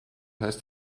heißt